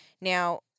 Now